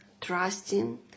trusting